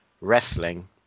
wrestling